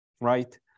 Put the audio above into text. right